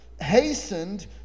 hastened